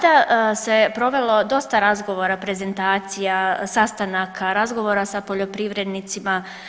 Tada se provelo dosta razgovora, prezentacija, sastanaka, razgovora sa poljoprivrednicima.